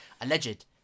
Alleged